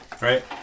Right